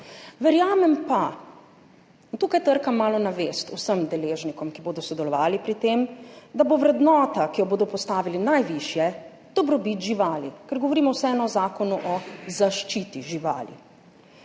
verjamem pa in tukaj trkam malo na vest vsem deležnikom, ki bodo sodelovali pri tem, da bo vrednota, ki jo bodo postavili najvišje, dobrobit živali, ker govorimo vseeno o Zakonu o zaščiti živali.